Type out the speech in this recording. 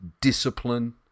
discipline